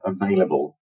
available